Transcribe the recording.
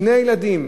שני ילדים,